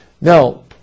Now